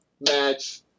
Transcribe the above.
match